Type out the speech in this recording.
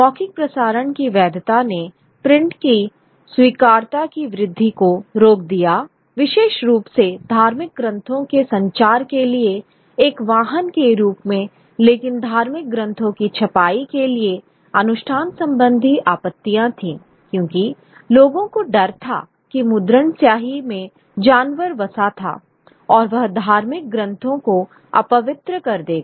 मौखिक प्रसारण की वैधता ने प्रिंट की स्वीकार्यता की वृद्धि को रोक दिया विशेष रूप से धार्मिक ग्रंथों के संचार के लिए एक वाहन के रूप में लेकिन धार्मिक ग्रंथों की छपाई के लिए अनुष्ठान संबंधी आपत्तियां थीं क्योंकि लोगों को डर था कि मुद्रण स्याही में जानवर वसा था और वह धार्मिक ग्रंथों को अपवित्र कर देगा